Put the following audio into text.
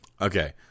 Okay